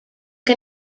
che